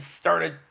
started